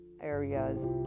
areas